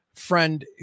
friend